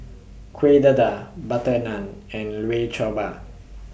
Kuih Dadar Butter Naan and Bao